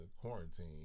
quarantine